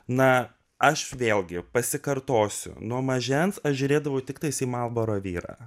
na aš vėlgi pasikartosiu nuo mažens aš žiūrėdavau tiktais į malboro vyrą